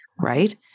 right